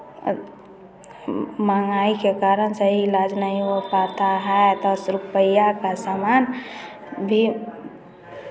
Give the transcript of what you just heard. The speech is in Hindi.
महँगाई के कारण सही इलाज नहीं हो पाता है दस रुपया का सामान भी